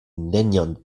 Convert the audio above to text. nenion